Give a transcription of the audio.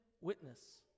witness